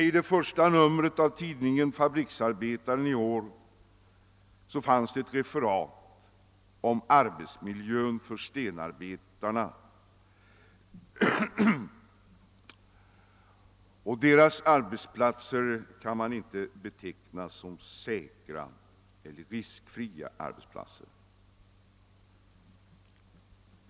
I det första numret av tidningen Fabriksarbetaren i år finns ett referat om arbetsmiljön för stenarbetarna. Deras arbetsplatser kan man inte beteckna som säkra eller riskfria.